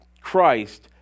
Christ